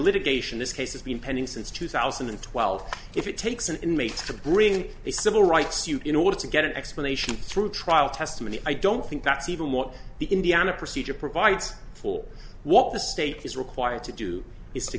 litigation this case has been pending since two thousand and twelve if it takes an inmate to bring the civil rights you in order to get an explanation through trial testimony i don't think that's even what the indiana procedure provides for what the state is required to do is to